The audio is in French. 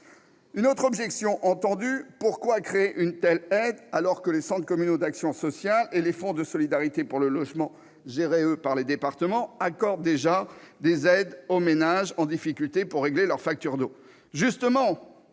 Une autre objection m'a été faite : pourquoi créer une telle aide alors que les centres communaux d'action sociale, les CCAS, et les fonds de solidarité pour le logement, les FSL, gérés par les départements, accordent déjà des aides aux ménages en difficulté pour régler leurs factures d'eau.